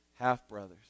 half-brothers